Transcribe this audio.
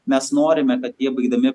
mes norime kad jie baigdami